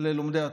ללומדי התורה.